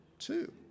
Two